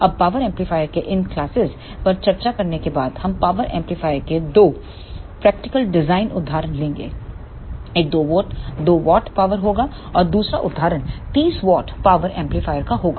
अब power amplifier के इन क्लासेस पर चर्चा करने के बाद हम पावर एम्पलीफायर के दो प्रैक्टिकल डिजाइन उदाहरण लेंगे एक 2 W पावर होगा और दूसरा उदाहरण 30 W पावर एम्पलीफायर का होगा